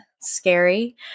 scary